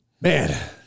Man